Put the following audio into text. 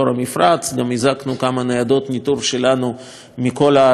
וגם הזעקנו מייד כמה ניידות ניטור שלנו מכל הארץ למפרץ,